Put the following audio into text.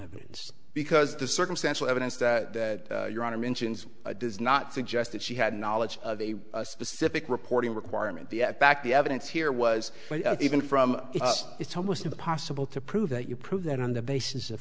evidence because the circumstantial evidence that your honor mentions does not suggest that she had knowledge of a specific reporting requirement the fact the evidence here was even from it's almost impossible to prove that you prove that on the basis of